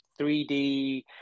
3D